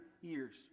years